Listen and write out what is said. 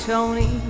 Tony